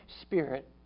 Spirit